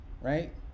Right